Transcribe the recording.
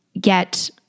get